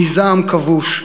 מזעם כבוש,